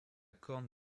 corne